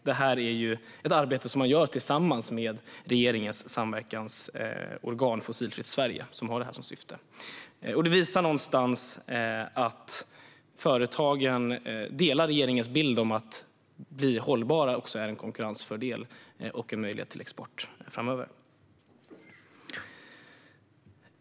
Detta är ett arbete som görs tillsammans med regeringens samverkansorgan Fossilfritt Sverige, som har detta som syfte. Detta visar att företagen delar regeringens bild att hållbarhet är en konkurrensfördel och en möjlighet till export framöver.